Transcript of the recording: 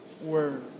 word